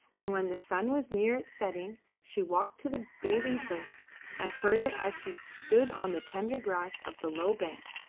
and when the sun was near its setting she walked to the bathing-place and heard it as she stood on the tender grass of the low bank,